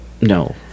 No